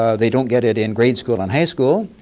ah they don't get it in grade school and high school.